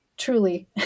Truly